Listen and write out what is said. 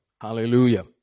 Hallelujah